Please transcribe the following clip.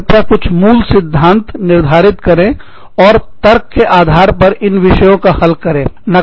कृपया कुछ मूल सिद्धांत निर्धारित करें और तर्क के आधार पर इन विषयों को हल करें का निपटारा करें